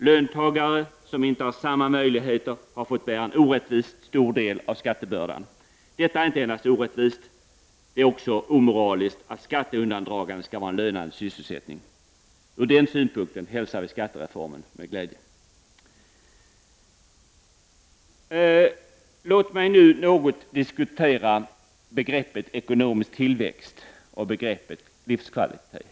Löntagare som inte har samma möjligheter har fått bära en orättvist stor del av skattebördan. Men det är inte bara orättvist utan det är också omoraliskt att skatteundandragande skall vara en lönsam sysselsättning. Från den synpunkten hälsar vi alltså skattereformen med glädje. Sedan vill jag något diskutera begreppet ekonomisk tillväxt och begreppet livskvalitet.